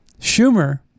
Schumer